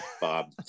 Bob